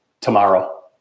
tomorrow